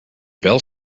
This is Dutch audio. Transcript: wel